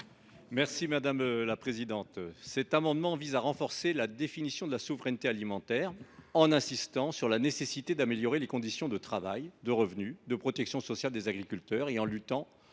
M. Daniel Salmon. Cet amendement vise à renforcer la définition de la souveraineté alimentaire en insistant sur la nécessité d’améliorer les conditions de travail, les revenus et la protection sociale des agriculteurs, ainsi qu’en luttant